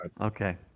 Okay